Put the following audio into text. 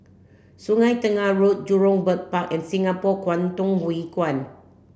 Sungei Tengah Road Jurong Bird Park and Singapore Kwangtung Hui Kuan